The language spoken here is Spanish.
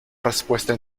respuesta